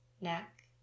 neck